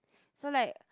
so like